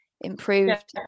improved